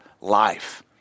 life